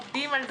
עובדים על זה.